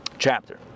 chapter